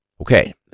Okay